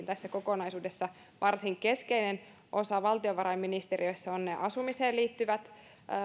tässä kokonaisuudessa varsin keskeinen osa valtiovarainministeriössä ovat ne asumiseen liittyvät